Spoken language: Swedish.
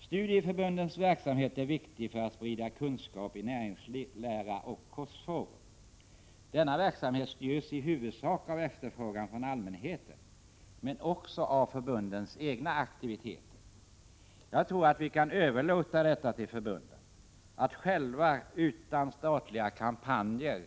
Studieförbundens verksamhet är viktig när det gäller att sprida kunskap i näringslära och kostfrågor. Denna verksamhet styrs i huvudsak av efterfrågan från allmänhetens sida men också av förbundens egna aktiviteter. Jag tror att vi kan överlåta denna aktivitet till förbunden själva, utan statliga kampanjer.